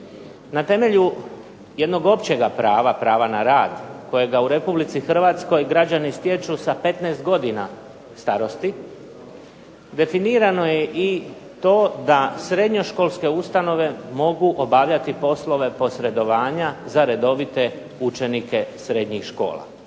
Na temelju jednog općega prava, prava na rad kojega u Republici Hrvatskoj građani stječu sa 15 godina starosti, definirano je i to da srednjoškolske ustanove mogu obavljati poslove posredovanja za redovite učenike srednjih škola.